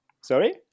Sorry